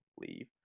leave